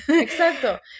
Exacto